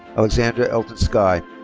alexandra elton skye.